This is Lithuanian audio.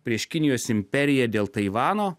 prieš kinijos imperiją dėl taivano